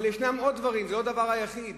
אבל ישנם עוד דברים, זה לא הדבר היחיד.